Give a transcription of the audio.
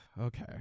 okay